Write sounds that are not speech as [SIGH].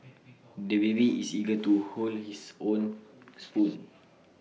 the baby is eager [NOISE] to hold his own spoon